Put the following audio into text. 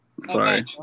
Sorry